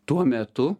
tuo metu